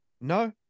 No